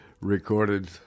recorded